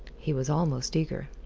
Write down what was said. he was almost eager.